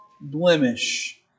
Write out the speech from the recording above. blemish